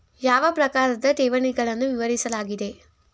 ಯಾವ ಪ್ರಕಾರದ ಠೇವಣಿಗಳನ್ನು ವಿವರಿಸಲಾಗಿದೆ?